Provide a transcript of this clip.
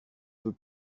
peux